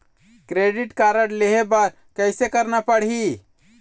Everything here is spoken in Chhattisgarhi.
क्रेडिट कारड लेहे बर कैसे करना पड़ही?